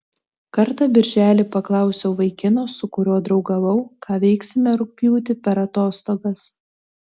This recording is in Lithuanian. kartą birželį paklausiau vaikino su kuriuo draugavau ką veiksime rugpjūtį per atostogas